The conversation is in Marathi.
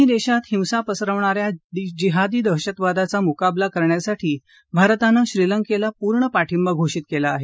दोन्ही देशात हिंसा पसरवणा या जिहादी दहशतवादाचा मुकाबला करण्यासाठी भारतानं श्रीलंकेला पूर्ण पाठिंबा घोषित केला आहे